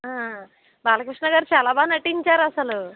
బాలకృష్ణ గారు చాలా బాగా నటించారు అస్సలు